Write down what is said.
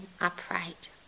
upright